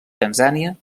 tanzània